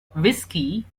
whiskey